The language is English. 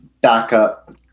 backup